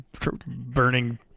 Burning